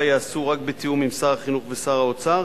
ייעשו רק בתיאום עם שר החינוך ושר האוצר,